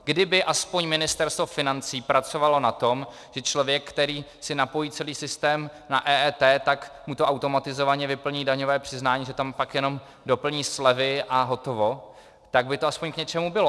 Kdyby aspoň Ministerstvo financí pracovalo na tom, že člověk, který si napojí celý systém na EET, tak mu to automatizovaně vyplní daňové přiznání, že tam pak jenom doplní slevy a hotovo, tak by to aspoň k něčemu bylo.